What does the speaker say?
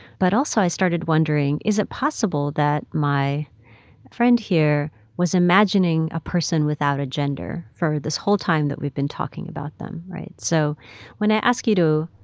but also, i started wondering, is it possible that my friend here was imagining a person without a gender for this whole time that we've been talking about them, right? so when i ask you to,